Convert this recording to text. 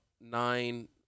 nine